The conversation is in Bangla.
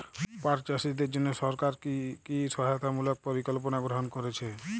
পাট চাষীদের জন্য সরকার কি কি সহায়তামূলক পরিকল্পনা গ্রহণ করেছে?